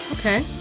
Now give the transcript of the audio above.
Okay